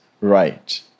right